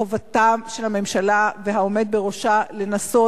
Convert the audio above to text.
חובתם של הממשלה והעומד בראשה לנסות